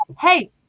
hey